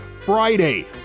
Friday